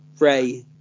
Ray